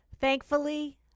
thankfully